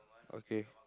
okay